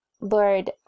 Lord